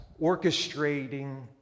orchestrating